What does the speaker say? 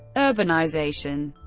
urbanization